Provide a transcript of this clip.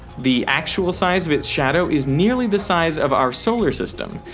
the actual size of its shadow is nearly the size of our solar system,